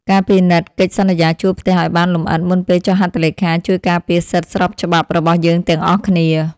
ការពិនិត្យកិច្ចសន្យាជួលផ្ទះឱ្យបានលម្អិតមុនពេលចុះហត្ថលេខាជួយការពារសិទ្ធិស្របច្បាប់របស់យើងទាំងអស់គ្នា។